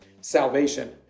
salvation